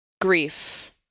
grief